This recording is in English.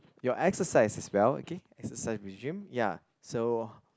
your exercise as well okay exercise with gym ya so